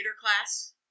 class